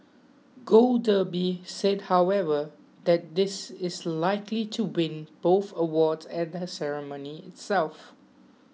gold Derby said however that this is likely to win both awards at the ceremony itself